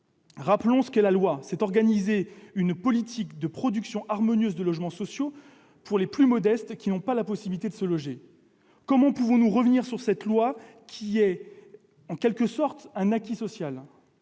Rappelons à quoi sert cette loi : à organiser une politique de production harmonieuse de logements sociaux pour les plus modestes, qui n'ont pas la possibilité de se loger. Comment pouvons-nous revenir sur cette loi qui est en quelque sorte un acquis social ?